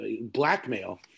blackmail